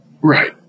Right